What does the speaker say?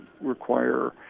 require